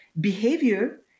behavior